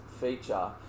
feature